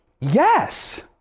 yes